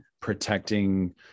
protecting